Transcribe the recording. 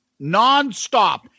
nonstop